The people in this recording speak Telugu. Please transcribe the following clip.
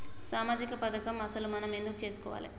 సామాజిక పథకం అసలు మనం ఎందుకు చేస్కోవాలే?